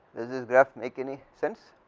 this is graph make any sense,